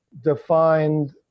defined